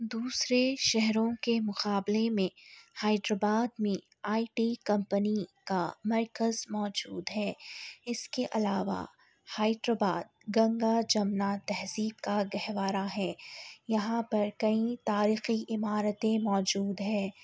دوسرے شہروں کے مقابلے میں حیدر آباد میں آئی ٹی کمپنی کا مرکز موجود ہے اس کے علاوہ حیدر آباد گنگا جمنا تہذیب کا گہوارا ہے یہاں پر کئی تاریخی عمارتیں موجود ہیں